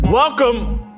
Welcome